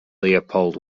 leopold